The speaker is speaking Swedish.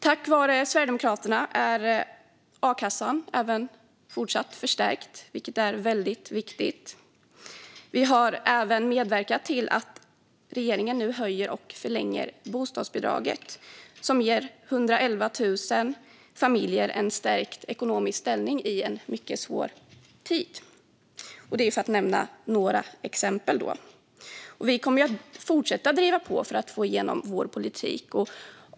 Tack vare Sverigedemokraterna är a-kassan även fortsatt förstärkt, vilket är väldigt viktigt. Vi har även medverkat till att regeringen nu höjer och förlänger bostadsbidraget som ger 111 000 familjer en stärkt ekonomisk ställning i en mycket svår tid. Detta är några exempel. Vi kommer att fortsätta att driva på för att få igenom vår politik.